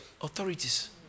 authorities